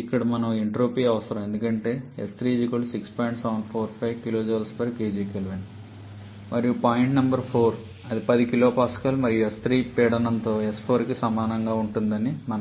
ఇక్కడ మనకు ఎంట్రోపీ అవసరం అంటే మరియు పాయింట్ నంబర్ 4 అది 10 kPa మరియు s3 పీడనం తో s4కి సమానంగా ఉంటుందని మనకు తెలుసు